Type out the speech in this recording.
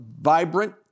vibrant